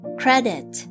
credit